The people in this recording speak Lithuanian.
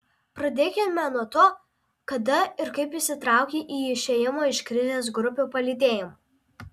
pradėkime nuo to kada ir kaip įsitraukei į išėjimo iš krizės grupių palydėjimą